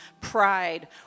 pride